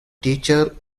teacher